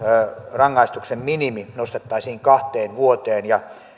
rangaistuksen minimi nostettaisiin kahteen vuoteen ja